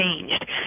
changed